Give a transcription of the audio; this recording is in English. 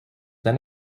then